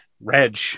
reg